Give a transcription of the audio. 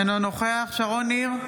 אינו נוכח שרון ניר,